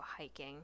hiking